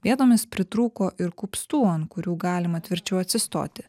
vietomis pritrūko ir kupstų ant kurių galima tvirčiau atsistoti